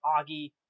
Augie